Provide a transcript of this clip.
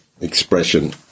expression